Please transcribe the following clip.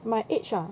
my age ah